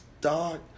dog